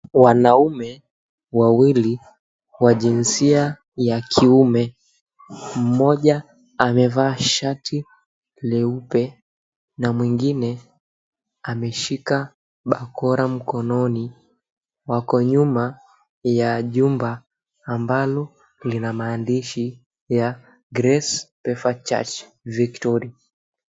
Wanaume wawili wa jinsia ya kiume mmoja amevaa shati jeupe na mwingine ameshika bakora mkononi, wako nyuma ya jumba ambalo lina maandishi ya, Grace PEFA Church Victory.